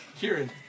Kieran